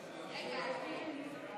אם כך, ההצבעה על הצעת חוק דמי מחלה